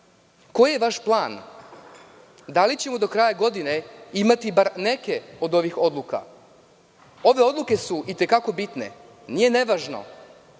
Koji je vaš plan? Da li ćemo do kraja godine imati bar neke od ovih odluka? Ove odluke su i te kako bitne. Nije nevažno